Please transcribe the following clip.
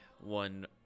one